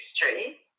history